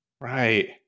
Right